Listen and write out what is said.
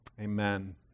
Amen